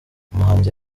umuhanzi